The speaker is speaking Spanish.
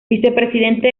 vicepresidente